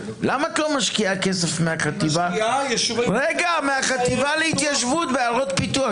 למה את לא משקיעה כסף מהחטיבה להתיישבות בעיירות פיתוח?